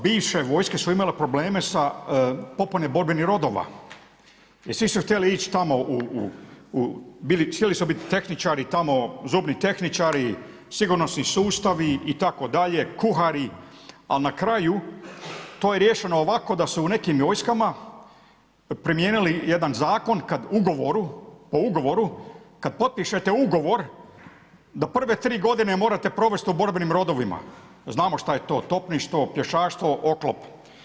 Bivše vojske su imale probleme sa popunom borbenih rodova i svi su htjeli ići tamo, htjeli su biti tehničari tamo zubni tehničari, sigurnosni sustavi itd. kuhari, a na kraju to je riješeno ovako da su u nekim vojskama primijenili jedan zakon kada potpišete ugovor da prve tri godine morate provesti u borbenim rodovima, znamo što je to topništvo, pješaštvo, oklop.